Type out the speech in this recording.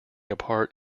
apart